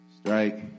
strike